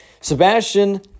Sebastian